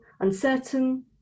uncertain